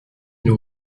nous